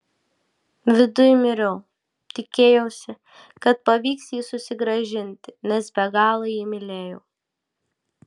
viduj miriau tikėjausi kad pavyks jį susigrąžinti nes be galo jį mylėjau